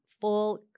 Full